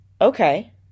okay